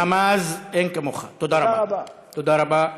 תודה רבה.